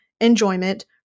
enjoyment